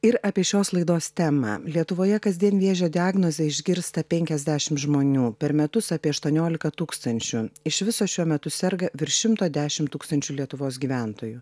ir apie šios laidos temą lietuvoje kasdien vėžio diagnozę išgirsta penkiasdešim žmonių per metus apie aštuoniolika tūkstančių iš viso šiuo metu serga virš šimto dešim tūkstančių lietuvos gyventojų